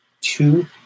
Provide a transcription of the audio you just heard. Two